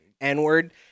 N-word